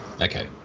Okay